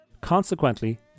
Consequently